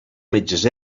metges